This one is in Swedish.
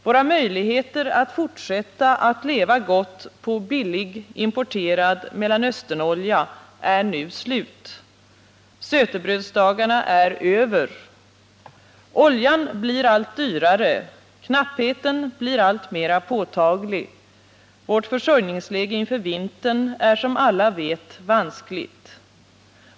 Våra möjligheter att fortsätta att leva gott på billig importerad Mellanösternolja är nu slut. Sötebrödsdagarna är över. Oljan blir allt dyrare, knappheten blir alltmera påtaglig, vårt försörjningsläge inför vintern är som alla vet vanskligt.